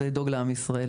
זה לדאוג לעם ישראל,